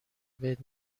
بهت